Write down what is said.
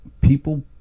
people